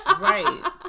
Right